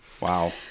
Wow